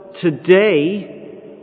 today